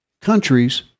countries